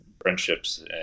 friendships